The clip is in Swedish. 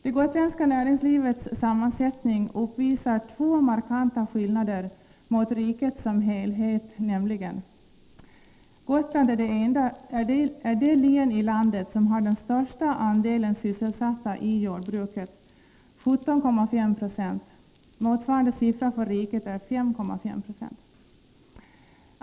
Det gotländska näringslivets sammansättning uppvisar två markanta skillnader mot riket som helhet: Gotland är det län i landet som har den största andelen sysselsatta i jordbruket — 17,5 90. Motsvarande siffra för riket är 5,5 9o.